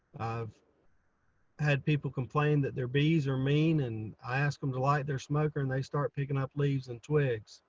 um had people complain that their bees are mean. and i asked them to light their smoker and they start picking up leaves and twigs.